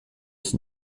ist